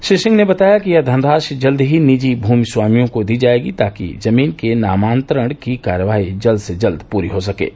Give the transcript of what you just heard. श्री सिंह ने बताया कि यह धनराशि जल्द ही निजी भूमि स्वामियों को दी जायेगी ताकि जमीन के नामांतरण की कार्यवाही जल्द से जल्द पूरी हो जाये